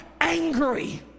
angry